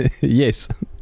yes